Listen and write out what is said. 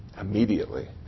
immediately